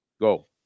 Go